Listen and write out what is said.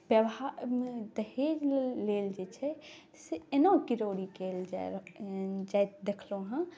दहेज लेल जे छै से एना किरौरी कैल जाइत देखलहुँ हेँ